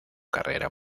carrera